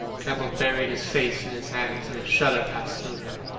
campbell buried his face in his hands, and a shudder passed through him.